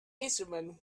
instrument